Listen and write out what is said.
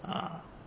ah